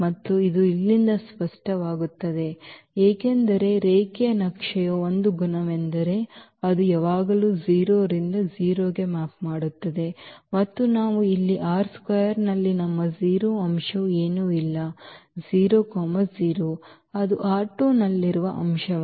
ಮತ್ತು ಇದು ಇಲ್ಲಿಂದ ಸ್ಪಷ್ಟವಾಗುತ್ತದೆ ಏಕೆಂದರೆ ರೇಖೀಯ ನಕ್ಷೆಯ ಒಂದು ಗುಣವೆಂದರೆ ಅದು ಯಾವಾಗಲೂ 0 ರಿಂದ 0 ಗೆ ಮ್ಯಾಪ್ ಮಾಡುತ್ತದೆ ಮತ್ತು ನಾವು ಇಲ್ಲಿ ನಲ್ಲಿ ನಮ್ಮ 0 ಅಂಶವು ಏನೂ ಇಲ್ಲ 00 ಅದು ನಲ್ಲಿರುವ ಅಂಶವಾಗಿದೆ